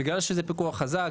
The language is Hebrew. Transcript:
בגלל שזה פיקוח חזק,